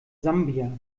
sambia